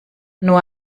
nur